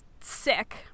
sick